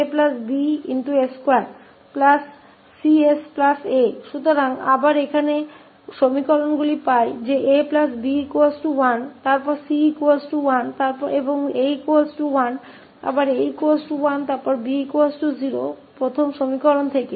तो हम फिर से यहाँ समीकरण प्राप्त करते हैं कि 𝐴 𝐵 1 फिर 𝐶 1 और 𝐴 1 और एक बार 𝐴 1 फिर 𝐵 0 पहले समीकरण से